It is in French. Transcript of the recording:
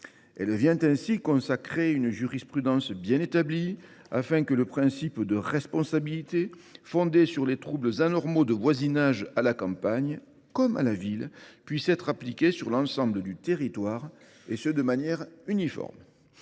Elle consacre ainsi une jurisprudence bien établie, afin que le principe de responsabilité fondée sur les troubles anormaux de voisinage à la campagne, comme à la ville, puisse être appliqué à l’ensemble du territoire de manière uniforme.